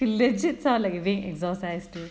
you legit sound like a being exhaust